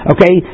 Okay